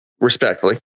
respectfully